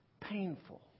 Painful